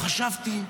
חשבתי,